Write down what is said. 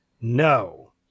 no